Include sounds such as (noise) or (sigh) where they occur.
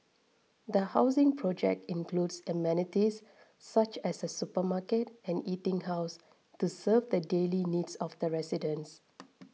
the housing project includes amenities such as a supermarket and eating house to serve the daily needs of residents (noise)